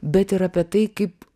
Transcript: bet ir apie tai kaip